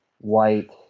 white